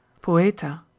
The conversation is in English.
poeta